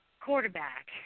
quarterback